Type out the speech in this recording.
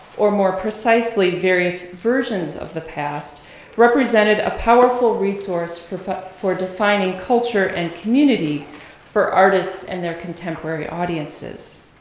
or more precisely, various versions of the past represented a powerful resource for for defining culture and community for artists and their contemporary audiences.